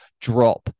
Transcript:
drop